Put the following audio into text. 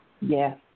Yes